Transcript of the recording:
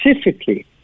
specifically